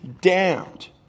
damned